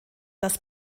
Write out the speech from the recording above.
das